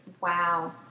Wow